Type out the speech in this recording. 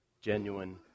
genuine